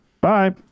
Bye